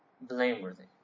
blameworthy